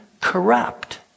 corrupt